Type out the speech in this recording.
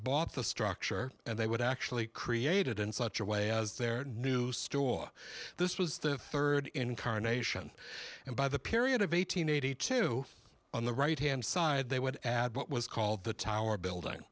bought the structure and they would actually created in such a way as their new store this was the third incarnation and by the period of eight hundred eighty two on the right hand side they would add what was called the tower building